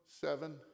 seven